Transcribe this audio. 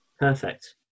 Perfect